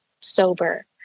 sober